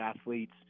athletes